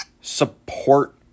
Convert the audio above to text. support